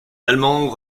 allemands